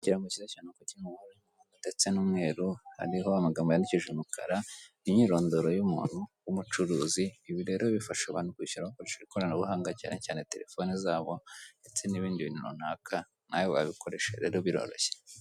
Ikirango kiza cyane ubona ko kiri mu mabara y'umuhondo ndetse n'umweru, hariho amagambo yandikishije umukara, umwirondoro w'umucuruzi wu mucuruzi ibi rere bifasha abantu kwishyura bakoreshe ibikoresho bya ikorana buhanga cyane cyane telefone zabo ndetse n'ibindi binu runaka rero nawe wabikoresha kuko biroroshye.